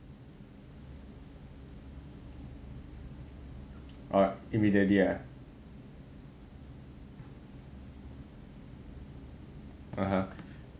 !wah! immediately ah (uh huh)